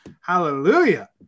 Hallelujah